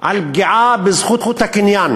על פגיעה בזכות הקניין